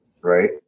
right